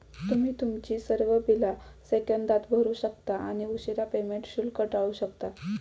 तुम्ही तुमची सर्व बिला सेकंदात भरू शकता आणि उशीरा पेमेंट शुल्क टाळू शकता